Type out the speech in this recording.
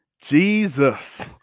Jesus